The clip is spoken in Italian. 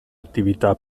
attività